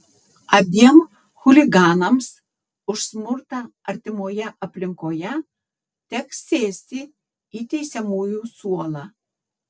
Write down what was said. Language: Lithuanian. abiem chuliganams už smurtą artimoje aplinkoje teks sėsti į teisiamųjų suolą